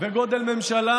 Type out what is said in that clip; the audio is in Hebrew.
וגודל ממשלה